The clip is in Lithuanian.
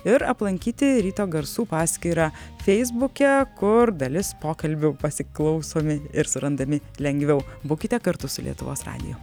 ir aplankyti ryto garsų paskyrą feisbuke kur dalis pokalbių pasiklausomi ir surandami lengviau būkite kartu su lietuvos radiju